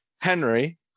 henry